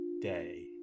day